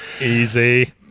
Easy